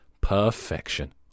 Perfection